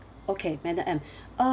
okay madam M uh